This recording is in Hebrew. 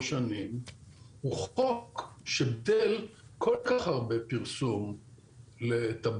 שנים הוא חוק ש --- כל כך הרבה פרסום לטבק,